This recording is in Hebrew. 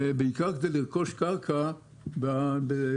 בעיקר כדי לרכוש קרקע בתוך